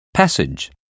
Passage